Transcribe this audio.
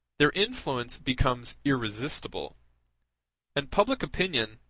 their influence becomes irresistible and public opinion,